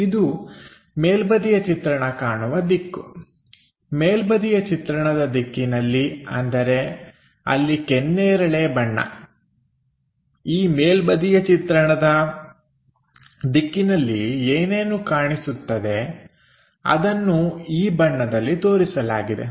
ಇದು ಮೇಲ್ಬದಿಯ ಚಿತ್ರಣ ಕಾಣುವ ದಿಕ್ಕು ಮೇಲ್ಬದಿಯ ಚಿತ್ರಣದ ದಿಕ್ಕಿನಲ್ಲಿ ಅಂದರೆ ಅಲ್ಲಿ ಕೆನ್ನೇರಳೆ ಬಣ್ಣ ಈ ಮೇಲ್ಬದಿಯ ಚಿತ್ರಣದ ದಿಕ್ಕಿನಲ್ಲಿ ಏನೇನು ಕಾಣಿಸುತ್ತದೆ ಅದನ್ನು ಈ ಬಣ್ಣದಲ್ಲಿ ತೋರಿಸಲಾಗಿದೆ